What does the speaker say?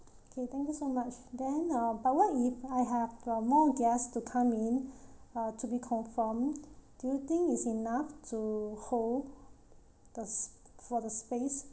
okay thank you so much then uh but what if I have uh more guests to come in uh to be confirmed do you think is enough to hold the for the space